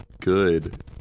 good